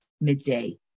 midday